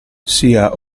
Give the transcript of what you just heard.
sia